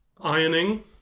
ironing